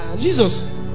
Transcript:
Jesus